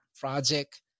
project